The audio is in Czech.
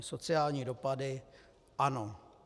Sociální dopady: Ano.